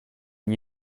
n’y